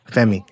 Femi